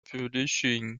publishing